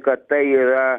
kad tai yra